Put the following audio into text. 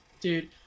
Dude